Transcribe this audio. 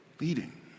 leading